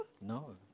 No